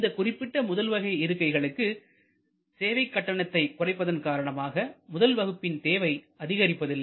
இந்தக் குறிப்பிட்ட முதல்வகை இருக்கைகளுக்கு சேவை கட்டணத்தை குறைப்பதன் காரணமாக முதல் வகுப்பின் தேவை அதிகரிப்பதில்லை